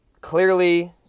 Clearly